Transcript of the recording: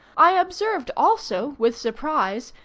i observed also, with surprise,